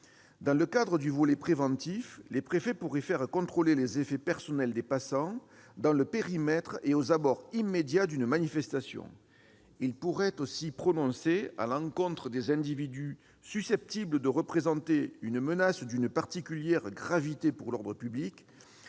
Dans le cadre du volet préventif, les préfets pourraient faire contrôler les effets personnels des passants dans le périmètre et aux abords immédiats d'une manifestation. Ils pourraient aussi prononcer, à l'encontre des individus susceptibles de représenter une menace d'une particulière gravité pour l'ordre public,